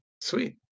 Sweet